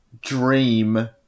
dream